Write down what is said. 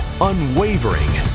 unwavering